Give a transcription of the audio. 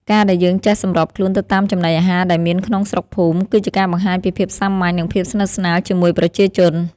ការដែលយើងចេះសម្របខ្លួនទៅតាមចំណីអាហារដែលមានក្នុងស្រុកភូមិ គឺជាការបង្ហាញពីភាពសាមញ្ញ និងភាពស្និទ្ធស្នាលជាមួយប្រជាជន។